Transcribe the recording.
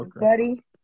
Buddy